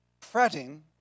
Fretting